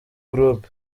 group